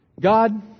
God